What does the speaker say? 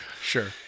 Sure